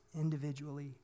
individually